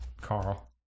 Carl